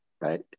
Right